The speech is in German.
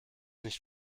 nicht